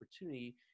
opportunity